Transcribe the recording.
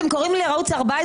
והם קוראים לערוץ 14